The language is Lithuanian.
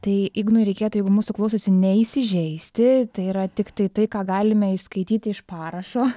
tai ignui reikėtų jeigu mūsų klausosi neįsižeisti tai yra tiktai tai ką galime išskaityti iš parašo